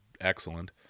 excellent